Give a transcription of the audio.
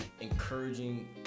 Encouraging